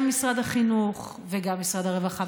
גם משרד החינוך וגם משרד הרווחה,